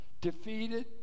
defeated